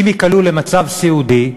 אם ייקלעו למצב סיעודי,